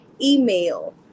email